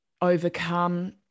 overcome